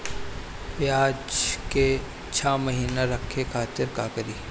प्याज के छह महीना रखे खातिर का करी?